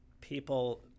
people